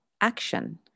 action